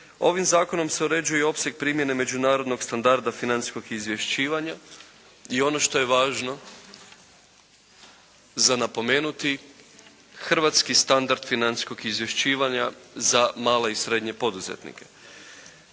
Ovim zakonom se uređuje opseg primjene međunarodnog standarda financijskog izvješćivanja i ono što je važno za napomenuti hrvatski standard financijskog izvješćivanja za male i srednje poduzetnike.